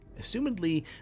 assumedly